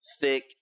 thick